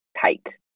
tight